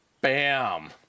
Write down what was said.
Bam